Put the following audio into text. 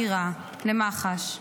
לחקירה, למח"ש.